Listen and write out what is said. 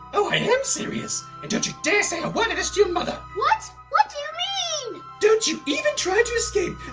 oh i am serious! and don't you dare say a word of this to your mother. what! what do you mean? don't you even try to escape.